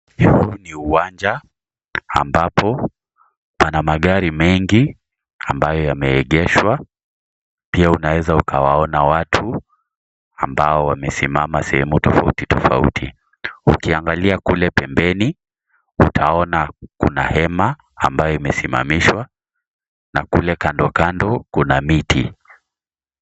Huu ni uwanja ambapo pana magari mengi ambayo yameegeshwa, pia unaweza ukawaonana watu ambao wamesimama sehemu tofautitofauti, ukiangalia kule pembeni utaona kuna hemana ambayo imesimamishwa na kule kandokando kuna miti.